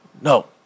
No